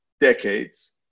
decades